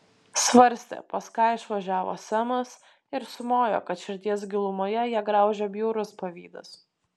svarstė pas ką išvažiavo semas ir sumojo kad širdies gilumoje ją graužia bjaurus pavydas